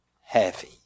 heavy